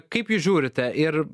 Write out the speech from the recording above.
kaip jūs žiūrite ir